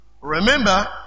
Remember